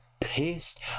pissed